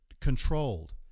controlled